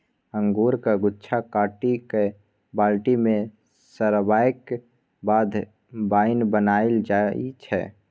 अंगुरक गुच्छा काटि कए बाल्टी मे सराबैक बाद बाइन बनाएल जाइ छै